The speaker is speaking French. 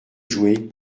jouer